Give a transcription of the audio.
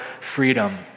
freedom